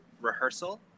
rehearsal